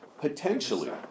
Potentially